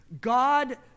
God